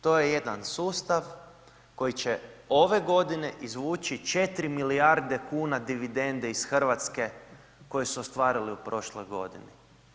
To je jedan sustav koji će ove godine izvući 4 milijarde kuna dividende iz Hrvatske koju su ostvarili u prošloj godini.